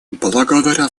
благодаря